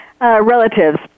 relatives